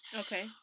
okay